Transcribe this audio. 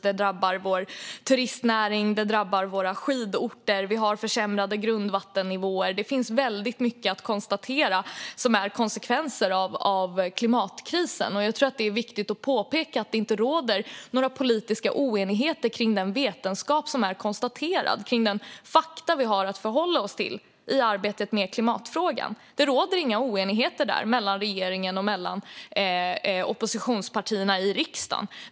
Det drabbar vår turistnäring, och det drabbar våra skidorter. Vi har försämrade grundvattennivåer. Det finns mycket som kan konstateras vara konsekvenser av klimatkrisen. Jag tror att det är viktigt att peka på att det inte råder några politiska oenigheter om det som vetenskapen konstaterat, om den fakta vi har att förhålla oss till i arbetet med klimatfrågan. Där råder inga oenigheter mellan regeringen och oppositionspartierna i riksdagen.